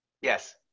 Yes